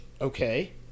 okay